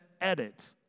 edit